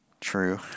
True